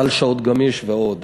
סל שעות גמיש ועוד.